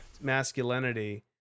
masculinity